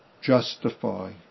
justify